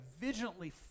vigilantly